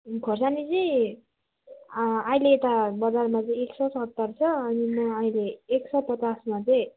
खुर्सानी चाहिँ अहिले यता बजारमा चाहिँ एक सौ सत्तर छ अनि म अहिले एक सौ पचासमा चाहिँ